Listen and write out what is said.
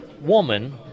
woman